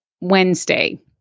Wednesday